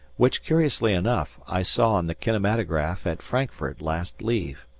which, curiously enough, i saw on the kinematograph at frankfurt last leave.